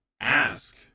ask